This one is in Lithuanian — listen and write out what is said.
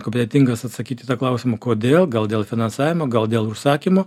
kompetentingas atsakyt į tą klausimą kodėl gal dėl finansavimo gal dėl užsakymo